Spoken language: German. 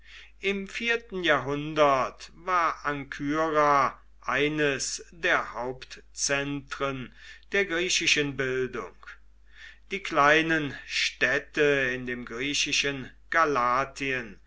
im vierten jahrhundert war ankyra eines der hauptzentren der griechischen bildung die kleinen städte in dem griechischen